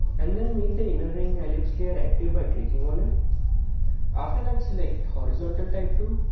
and then make the inner ring ellipse layer active by clicking on it after that select horizontal type tool